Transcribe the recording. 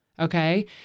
Okay